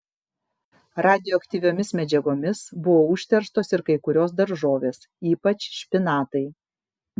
radioaktyviomis medžiagomis buvo užterštos ir kai kurios daržovės ypač špinatai